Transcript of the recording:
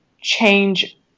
change